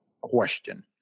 question